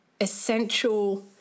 essential